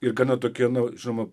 ir gana tokie na žinoma